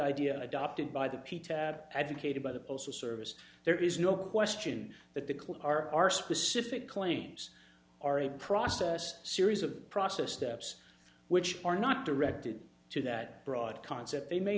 idea adopted by the p tat advocated by the postal service there is no question that the clues are are specific claims are a process series of process steps which are not directed to that broad concept they may